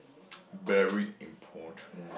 very important